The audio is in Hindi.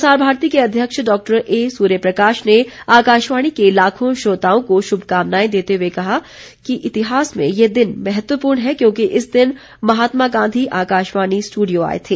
प्रसार भारती के अध्यक्ष डॉक्टर ए सूर्यप्रकाश ने आकाशवाणी के लाखों श्रोताओं को शुभकामनाएं देते हुए कहा है कि इतिहास में ये दिन महत्वपूर्ण है क्योंकि इस दिन महात्मा गांधी आकाशवाणी स्टूडियो आए थे